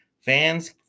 fans